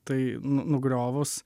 tai nu nugriovus